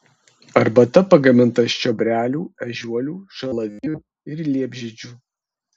arbata pagaminta iš čiobrelių ežiuolių šalavijų ir liepžiedžių